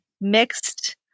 mixed